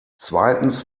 zweitens